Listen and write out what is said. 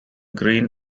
green